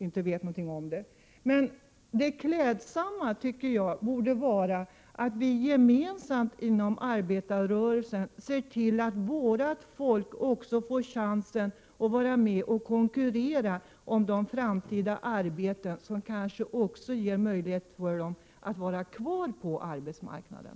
Men det klädsamma tycker jag borde vara att vi gemensamt inom arbetarrörelsen ser till att vårt folk får chansen att vara med och konkurrera om de framtida arbeten som kanske också ger möjligheter för dem att vara kvar på arbetsmarknaden.